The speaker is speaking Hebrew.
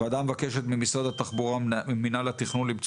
הוועדה מבקשת ממשרד התחבורה וממינהל התכנון למצוא